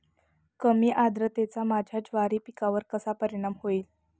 कमी आर्द्रतेचा माझ्या ज्वारी पिकावर कसा परिणाम होईल?